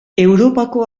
europako